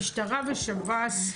לא, חובת דיווח המשטרה ושב"ס,